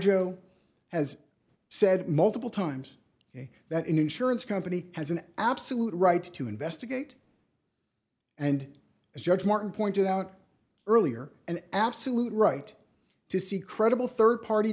joe has said multiple times that an insurance company has an absolute right to investigate and as judge martin pointed out earlier an absolute right to see credible rd party